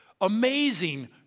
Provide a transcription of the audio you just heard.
Amazing